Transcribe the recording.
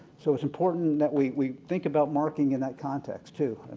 so, it's important that we think about marking in that context too.